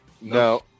No